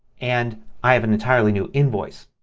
and i have an entirely new invoice.